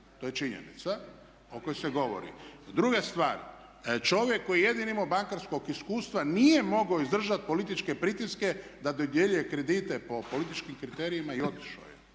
To je činjenica o kojoj se govori. Druga stvar, čovjek koji je jedini imao bankarskog iskustva nije mogao izdržati političke pritiske da dodjeljuje kredite po političkim kriterijima i otišao je.